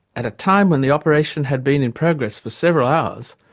at a time when the operation had been in progress for several hours,